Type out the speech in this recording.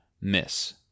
miss